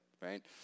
right